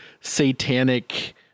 satanic